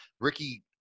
Ricky